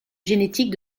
génétique